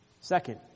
Second